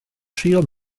trio